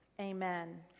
Amen